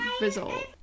result